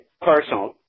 personal